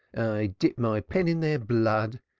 i dip my pen in their blood,